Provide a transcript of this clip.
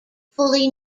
fully